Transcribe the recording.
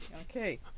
Okay